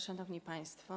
Szanowni Państwo!